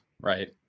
Right